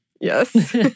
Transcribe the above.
Yes